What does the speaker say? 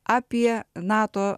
apie nato